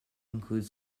include